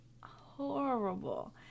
Horrible